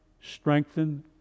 strengthen